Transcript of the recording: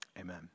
Amen